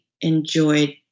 enjoyed